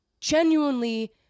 genuinely